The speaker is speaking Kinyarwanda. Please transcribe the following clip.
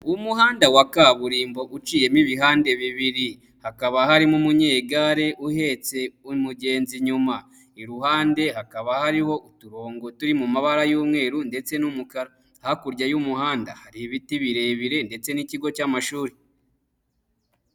Umuhanda wa kaburimbo uciyemo ibihande bibiri, hakaba harimo umunyegare uhetse umugenzi inyuma. Iruhande hakaba hariho uturongo turi mu mabara y'umweru ndetse n'umukara. Hakurya y'umuhanda hari ibiti birebire ndetse n'ikigo cy'amashuri.